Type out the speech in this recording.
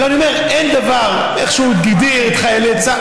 אני אומר, אין דבר, איך שהוא הגדיר את חיילי צה"ל.